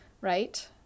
Right